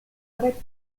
tre